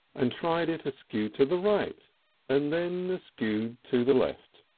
and tried it askew to the right and then askew to the left.